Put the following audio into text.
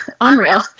unreal